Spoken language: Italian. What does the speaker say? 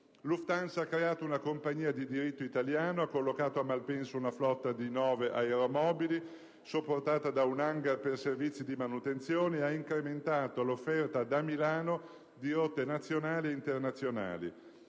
Lufthansa ha creato una compagnia di diritto italiano, ha collocato a Malpensa una flotta di nove aeromobili, supportata da un *hangar* per servizi di manutenzione, e ha incrementato l'offerta da Milano di rotte nazionali e internazionali,